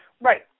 Right